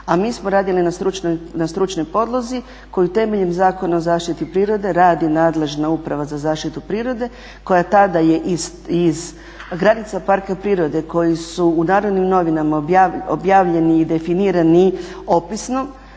a mi smo radili na stručnoj podlozi koju temeljem Zakona o zaštiti prirode radi nadležna uprava za zaštitu prirode koja tada je iz granica parka prirode koji su u narodnim novinama objavljeni i definirani opisno,